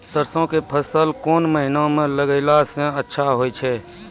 सरसों के फसल कोन महिना म लगैला सऽ अच्छा होय छै?